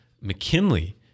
McKinley